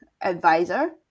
advisor